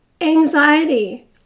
anxiety